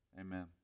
amen